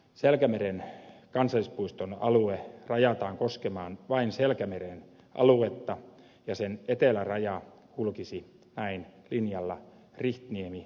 selkämeren kansallispuiston alue rajataan koskemaan vain selkämeren aluetta ja sen eteläraja kulkisi näin linjalla rihtniemisantakari